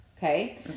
Okay